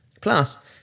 Plus